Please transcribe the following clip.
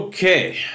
Okay